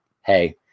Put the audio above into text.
hey